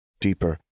deeper